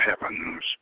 heavens